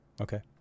Okay